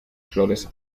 flores